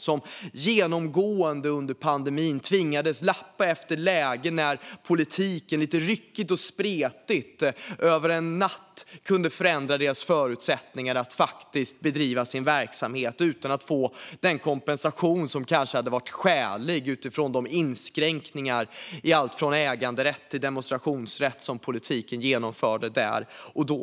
Under pandemin tvingades man genomgående laga efter läge när politiken ryckigt och spretigt över en natt kunde förändra förutsättningarna för att bedriva verksamhet, utan att man fick den kompensation som hade varit skälig utifrån de inskränkningar i allt från äganderätt till demonstrationsrätt som politiken genomförde där och då.